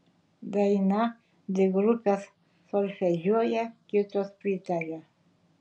daina dvi grupės solfedžiuoja kitos pritaria